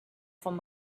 from